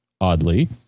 oddly